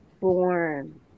born